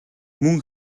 мөн